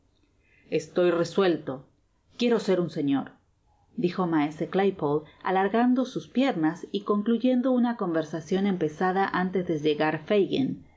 estoy resuelto quiero ser un señor dijo maese claypolé alargando sus piernas y concluyendo una conversacion empezada antes de llegar